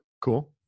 Cool